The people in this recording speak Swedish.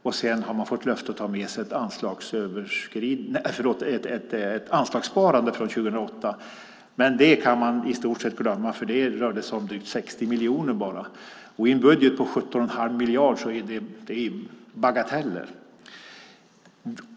Man har också fått ett löfte om att ta med sig ett anslagssparande från år 2008. Men det kan vi i stort sett glömma, för det rör sig om bara drygt 60 miljoner. I en budget på 17 1⁄2 miljard är det en bagatell.